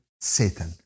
Satan